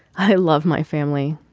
i love my family.